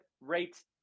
rates